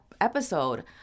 episode